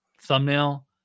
thumbnail